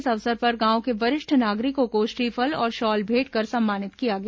इस अवसर पर गांव के वरिष्ठ नागरिकों को श्रीफल और शॉल भेंटकर सम्मानित किया गया